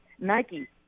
Nike